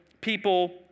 people